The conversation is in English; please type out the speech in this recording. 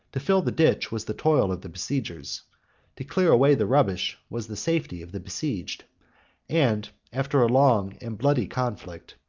to fill the ditch was the toil of the besiegers to clear away the rubbish was the safety of the besieged and after a long and bloody conflict,